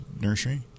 nursery